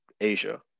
Asia